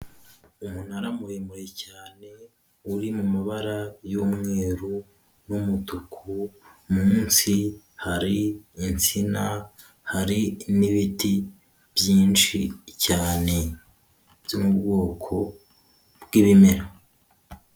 Umunara muremure cyane uri mu mabara y'umweru n'umutuku, munsi hari insina hari n'ibiti byinshi cyane byo m'ubwoko bw'ibimera.